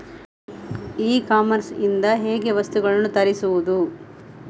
E commerce ಇಂದ ಹೇಗೆ ವಸ್ತುಗಳನ್ನು ತರಿಸುವುದು?